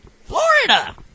Florida